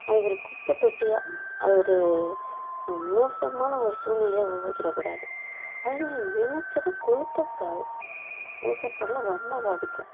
அது ஒரு குப்பை தொட்டியாக அதை ஒரு மோசமான ஒரு சூழ்நிலையா உருவாக்கிவிடக்கூடாது அதே மாதிரி நினைத்ததும் கொளுத்தக்கூடாது ஓசோன் படலம் ரொம்ப பாதிக்கும்